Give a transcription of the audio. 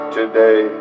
today